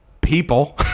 People